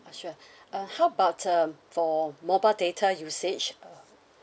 ah sure uh how about um for mobile data usage uh